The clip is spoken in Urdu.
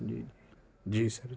جی جی جی سر جی